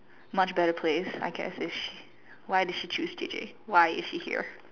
much better place I guess is she why did she choose teaching why is she here